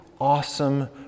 awesome